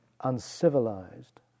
uncivilized